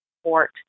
support